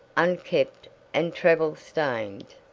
unkempt and travel-stained,